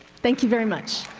thank you very much.